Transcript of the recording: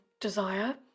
desire